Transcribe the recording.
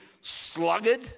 sluggard